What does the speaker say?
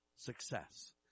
Success